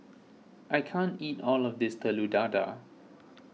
I can't eat all of this Telur Dadah